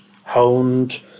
honed